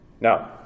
Now